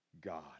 God